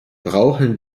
brauchen